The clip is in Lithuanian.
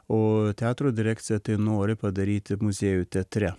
o teatro direkcija tai nori padaryti muziejų teatre